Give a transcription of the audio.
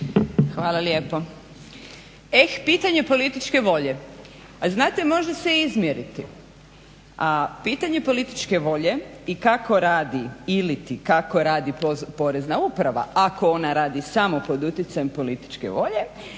Hvala lijepo. Pitanje političke volje, znate može se izmjeriti, a pitanje političke volje i kako radi ili kako radi porezna uprava ako ona radi samo pod utjecajem političke volje,